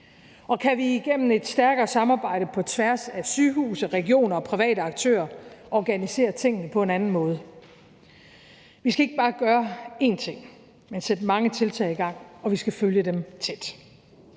Og kan vi gennem et stærkere samarbejde på tværs af sygehuse, regioner og private aktører organisere tingene på en anden måde? Vi skal ikke bare gøre én ting, men sætte mange tiltag i gang, og vi skal følge dem tæt.